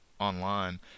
Online